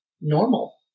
normal